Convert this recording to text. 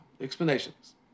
explanations